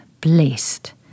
blessed